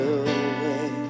away